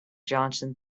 johnson